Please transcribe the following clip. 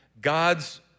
God's